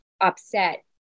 upset